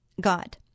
God